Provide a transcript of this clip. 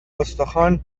استخوان